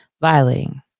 violating